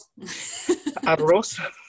arroz